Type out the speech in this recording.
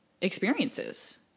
experiences